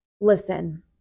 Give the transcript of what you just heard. Listen